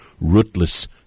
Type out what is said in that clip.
rootless